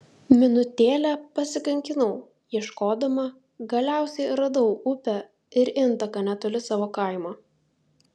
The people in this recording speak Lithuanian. minutėlę pasikankinau ieškodama galiausiai radau upę ir intaką netoli savo kaimo